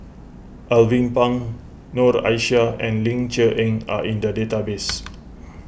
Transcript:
Alvin Pang Noor Aishah and Ling Cher Eng are in the database